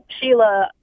Sheila